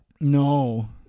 no